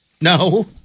No